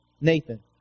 Nathan